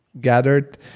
gathered